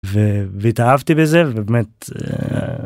ו... והתאהבתי בזה ובאמת...